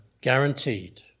guaranteed